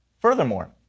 Furthermore